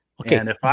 Okay